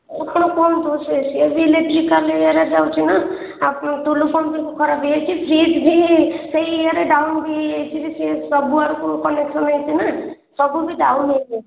ଆପଣ କ'ଣ ଦୋଷ ଅଛି ଇଏ ବି ଇଲେକଟ୍ରିକାଲ୍ ଇଏରେ ଯାଉଛି ନା ଆଉ ଟୁଳୁ ପମ୍ପ୍ ବି ଖରାପ ହୋଇଯାଇଛି ଫ୍ରୀଜ୍ ବି ସେଇ ଇଏରେ ଡାଉନ୍ ବି ହୋଇଯାଇଛି ବି ସେ ସବୁ ଆଡ଼କୁ କନେକ୍ସନ୍ ହୋଇଛି ନା ସବୁ ବି ଡାଉନ୍ ହୋଇଯାଇଛି